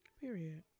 Period